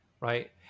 Right